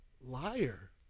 liar